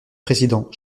président